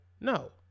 No